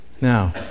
Now